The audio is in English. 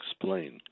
explain